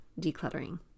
decluttering